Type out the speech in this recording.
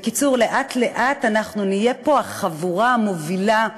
בקיצור, לאט-לאט אנחנו נהיה פה החבורה המובילה.